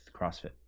CrossFit